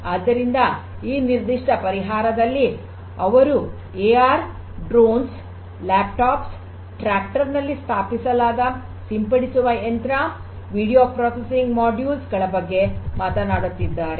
ಆದ್ದರಿಂದ ಈ ನಿರ್ದಿಷ್ಟ ಪರಿಹಾರದಲ್ಲಿ ಅವರು AR drones laptops tractor ನಲ್ಲಿ ಸ್ಥಾಪಿಸಲಾದ ಸಿಂಪಡಿಸುವ ಯಂತ್ರ ವಿಡಿಯೋ ಪ್ರೊಸೆಸಿಂಗ್ ಮಾಡ್ಯೂಲ್ಸ್ ಗಳ ಬಗ್ಗೆ ಮಾತನಾಡುತ್ತಿದ್ದಾರೆ